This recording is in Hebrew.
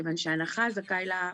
מכיוון שההנחה זכאי לה,